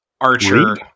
Archer